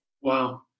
Wow